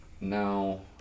No